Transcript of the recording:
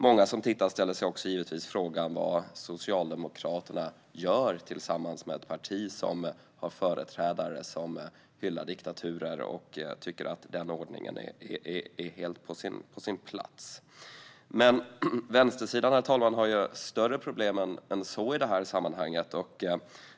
Många som tittar ställer sig givetvis också frågan vad Socialdemokraterna gör tillsammans med ett parti som har företrädare som hyllar diktaturer och som tycker att den ordningen är helt på sin plats. Men vänstersidan har större problem än så i detta sammanhang, herr talman.